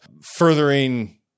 furthering